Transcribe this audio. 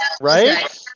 Right